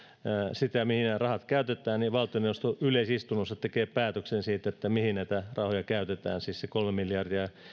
sitä mihin nämä rahat käytetään ja valtioneuvosto yleisistunnossa tekee päätöksen siitä mihin näitä käytetään siis se kolme miljardia